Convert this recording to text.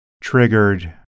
triggered